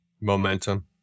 momentum